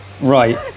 Right